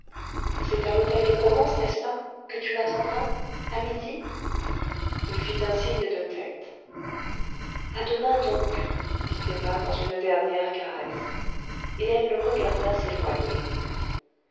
c'est à l'hôtel de provence n'est-ce pas que tu m'attendras à midi il fit un signe de tête à demain donc dit emma dans une dernière caresse et elle le regarda s'éloigner